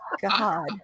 God